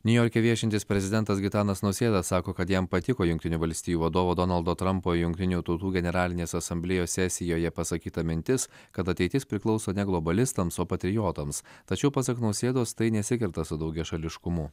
niujorke viešintis prezidentas gitanas nausėda sako kad jam patiko jungtinių valstijų vadovo donaldo trampo jungtinių tautų generalinės asamblėjos sesijoje pasakyta mintis kad ateitis priklauso ne globalistams o patriotams tačiau pasak nausėdos tai nesikerta su daugiašališkumu